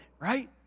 right